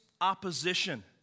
opposition